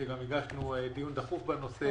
שגם הגשנו הצעה לדיון דחוף בנושא.